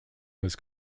was